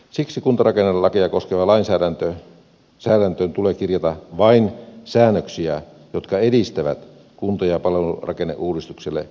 siksi kuntarakennelakia koskevaan lainsäädäntöön tulee kirjata vain säännöksiä jotka edistävät kunta ja palvelurakenneuudistukselle asetettuja tavoitteita